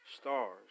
stars